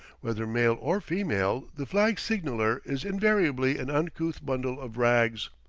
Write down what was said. whether male or female, the flag-signaller is invariably an uncouth bundle of rags.